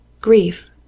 grief